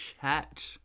chat